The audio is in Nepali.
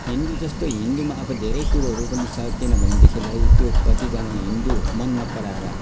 हिन्दूमा जस्तै हिन्दूमा अब धेरै कुरोहरू पनि छ किनभनेदेखिलाई त्यो कतिजना हिन्दू मन नपराएर